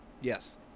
Yes